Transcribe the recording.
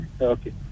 Okay